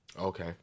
Okay